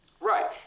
Right